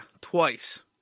twice